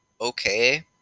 okay